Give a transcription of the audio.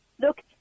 look